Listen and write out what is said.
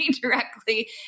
Directly